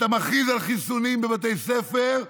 אתה מכריז על חיסונים בבתי ספר,